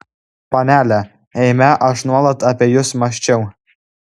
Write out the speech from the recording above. panele eime aš nuolat apie jus mąsčiau